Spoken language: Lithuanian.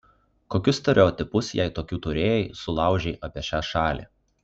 kokius stereotipus jei tokių turėjai sulaužei apie šią šalį